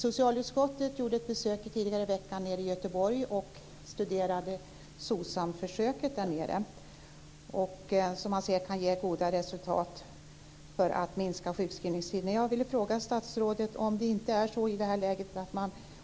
Socialutskottet gjorde tidigare i veckan ett besök nere i Göteborg och studerade SOCSAM-försöket där nere. Det kan ge goda resultat för att minska sjukskrivningstiderna. Jag vill fråga statsrådet: Skulle man i det här läget